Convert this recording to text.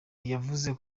yavuze